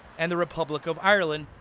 and the republic of ireland,